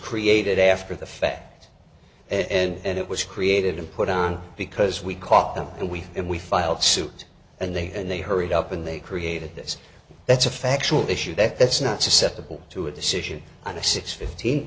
created after the fact and it was created and put on because we caught them and we and we filed suit and they and they hurried up and they created this that's a factual issue that that's not susceptible to a decision on a six fifteen